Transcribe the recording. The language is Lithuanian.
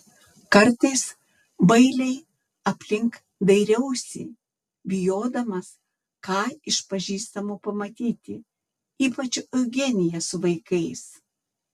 kartais bailiai aplink dairiausi bijodamas ką iš pažįstamų pamatyti ypač eugeniją su vaikais